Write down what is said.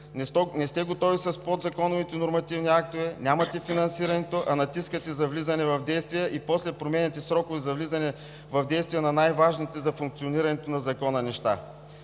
Не сте готови с подзаконовите нормативни актове, нямате финансирането, а натискате за влизане в действие и после променяте срокове за влизане в действие на най важните за функционирането на Закона неща.